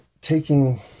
taking